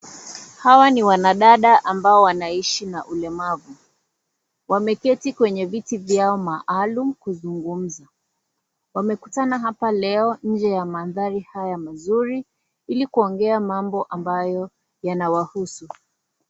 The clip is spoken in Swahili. Hawa ni wanadada ambao wanaishi na ulemavu. Wameketi kwenye viti vyao maalum kuzungumza. Wamekutana hapa leo nje ya mandhari haya mazuri ili kuongea mambo ambayo yanawahusu.